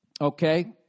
okay